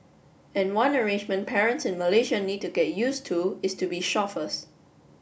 and one arrangement parents in Malaysia need to get used to is to be chauffeurs